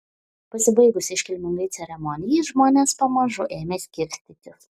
pasibaigus iškilmingai ceremonijai žmonės pamažu ėmė skirstytis